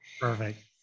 perfect